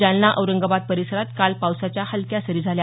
जालना औरंगाबाद परिसरात काल पावसाच्या हल्यक्या सरी झाल्या